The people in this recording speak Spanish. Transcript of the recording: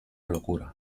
locura